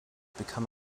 become